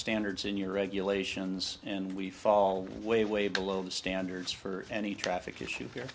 standards in your regulations and we fall way way below the standards for any traffic issue here